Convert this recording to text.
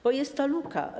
Bo jest tu luka.